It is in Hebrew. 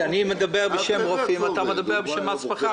אני מדבר בשם רופאים ואתה מדבר בשם עצמך,